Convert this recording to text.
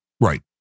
Right